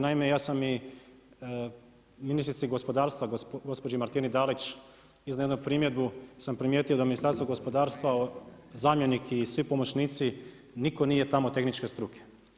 Naime, ja sam i ministrici gospodarstva gospođi Marti Dalić iznio jednu primjedbu jer sam primijetio da Ministarstvo gospodarstva zamjenik i svi pomoćnici niko nije tamo tehničke struke.